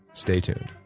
stay tuned